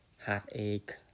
Heartache